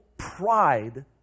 pride